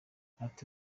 ati